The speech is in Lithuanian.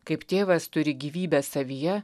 kaip tėvas turi gyvybę savyje